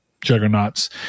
juggernauts